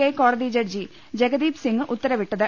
I കോടതി ജഡ്ജി ജഗദീപ് സിംഗ് ഉത്തരവിട്ടത്